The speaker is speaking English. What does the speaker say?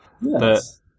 Yes